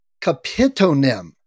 Capitonym